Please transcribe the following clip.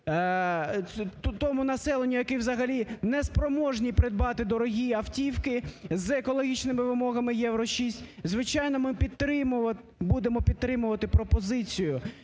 тому населенню, яке взагалі не спроможні придбати дорогі автівки з екологічними вимогами Євро-6, звичайно, ми підтримуватимемо…